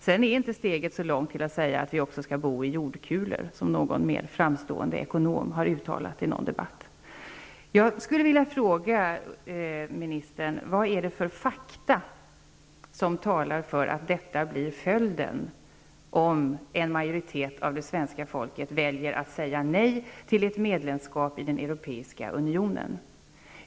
Steget är faktiskt inte så långt till att säga att vi också skall bo i jordkulor, som någon mera framstående ekonom har uttalat i en debatt. Jag skulle vilja fråga ministern vilka fakta som talar för att detta blir följden om en majoritet av svenska folket väljer att säga nej till ett medlemskap i den europeiska unionen.